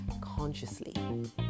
consciously